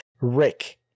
Rick